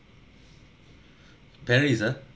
paris ah